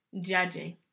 Judging